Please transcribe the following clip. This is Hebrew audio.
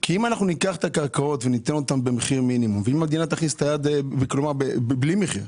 ניתן את הקרקעות במחיר מינימום, כלומר בלי מחיר,